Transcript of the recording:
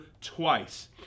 twice